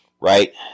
Right